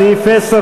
סעיף 10,